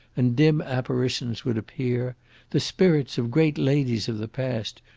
and dim apparitions would appear the spirits of great ladies of the past,